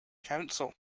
council